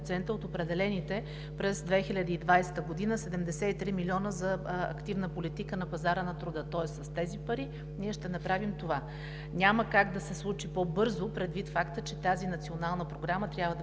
от определените през 2020 г. 73 милиона за активна политика на пазара на труда. Тоест с тези пари ние ще направим това. Няма как да се случи по-бързо, предвид факта, че тази национална програма трябва да